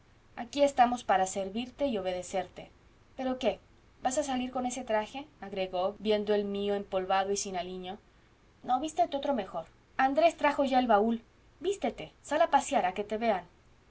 aquí estamos para servirte y obedecerte pero qué vas a salir con ese traje agregó viendo el mío empolvado y sin aliño no vístete otro mejor andrés trajo ya el baúl vístete sal a pasear a que te vean